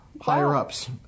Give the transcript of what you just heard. higher-ups